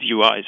UIs